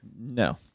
No